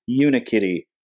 Unikitty